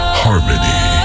harmony